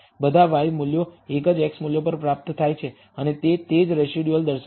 બધા y મૂલ્યો એક જ x મૂલ્ય પર પ્રાપ્ત થાય છે અને તે તે જ રેસિડયુઅલ દર્શાવે છે